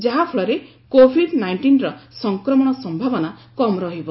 ଯାହାଫଳରେ କୋବିଡ୍ ନାଇଷ୍ଟିନର ସଂକ୍ରମଣ ସମ୍ଭାବନା କମ୍ ରହିବ